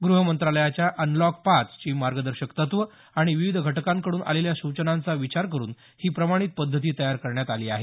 गृह मंत्रालयाच्या अनलॉक पाच ची मार्गदर्शक तत्त्वं आणि विविध घटकांकडून आलेल्या सूचनांचा विचार करून ही प्रमाणित पद्धती तयार करण्यात आली आहे